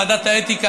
ועדת האתיקה,